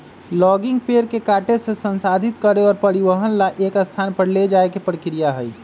logging पेड़ के काटे से, संसाधित करे और परिवहन ला एक स्थान पर ले जाये के प्रक्रिया हई